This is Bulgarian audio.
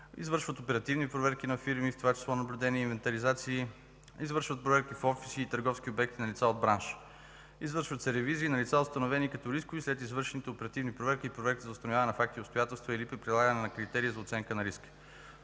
извършват оперативни проверки на фирми, в това число наблюдения и инвентаризации; извършват проверки в офиси и търговски обекти на лица от бранша; извършват се ревизии на лица, установени като рискови след извършените оперативни проверки и проверки за установяване на факти и обстоятелства, или при прилагане на критерия за оценка на риска.